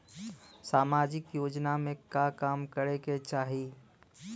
सामाजिक योजना में का काम करे के चाही?